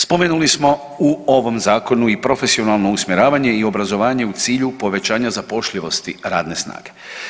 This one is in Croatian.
Spomenuli smo u ovom zakonu i profesionalno usmjeravanje i obrazovanje u cilju povećanja zapošljivosti radne snage?